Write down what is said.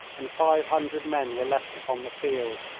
and five hundred men were left upon the field.